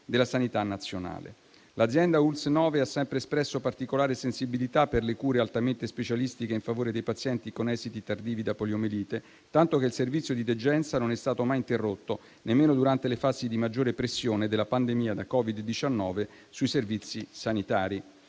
della sanità nazionale. L'azienda ULSS 9 ha sempre espresso particolare sensibilità per le cure altamente specialistiche in favore dei pazienti con esiti tardivi da poliomielite, tanto che il servizio di degenza non è stato mai interrotto, nemmeno durante le fasi di maggiore pressione della pandemia da Covid-19 sui servizi sanitari.